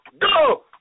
go